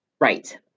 Right